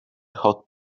hot